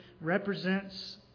represents